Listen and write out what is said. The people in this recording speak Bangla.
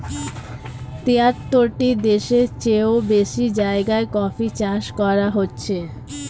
তিয়াত্তরটি দেশের চেও বেশি জায়গায় কফি চাষ করা হচ্ছে